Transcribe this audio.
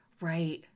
Right